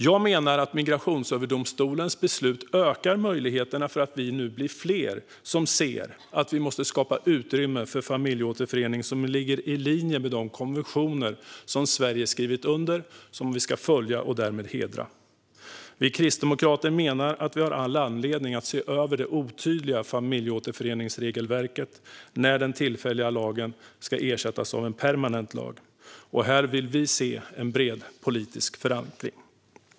Jag menar att Migrationsöverdomstolens beslut ökar möjligheterna för att vi nu blir fler som ser att vi måste skapa utrymme för en familjeåterförening som ligger i linje med de konventioner som Sverige skrivit under och som vi ska följa och därmed hedra. Vi kristdemokrater menar att vi har all anledning att se över det otydliga familjeåterföreningsregelverket när den tillfälliga lagen ska ersättas av en permanent lag. Här vill vi se en bred politisk förankring.